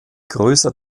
größer